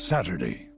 Saturday